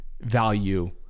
value